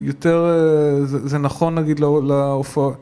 יותר ... אה... זה... זה נכון נגיד לר.. להופ